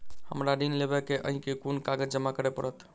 हमरा ऋण लेबै केँ अई केँ कुन कागज जमा करे पड़तै?